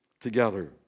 together